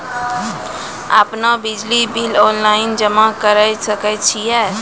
आपनौ बिजली bill online जमा करै सकै छौ?